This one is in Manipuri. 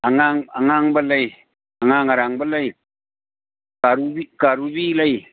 ꯑꯉꯥꯡꯕ ꯂꯩ ꯑꯉꯥꯡ ꯑꯔꯥꯡꯕ ꯂꯩ ꯀꯥꯔꯨꯕꯤ ꯀꯥꯔꯨꯕꯤ ꯂꯩ